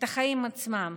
את החיים עצמם.